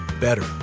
better